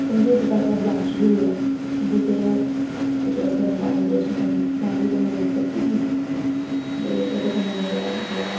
समझो इक्क तरह दा ब्लास्ट गै होई गेआ ते कन्नै गर्म पानी हा ओह्दे च ते गरम दाल बी मेरे उप्पर गिरी ते ओह्दे कन्नै मेरा जेह्ड़ा